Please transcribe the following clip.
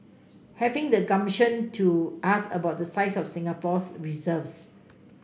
having the gumption to ask about the size of Singapore's reserves